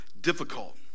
difficult